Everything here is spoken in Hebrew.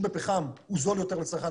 יותר כדי לממן את קרן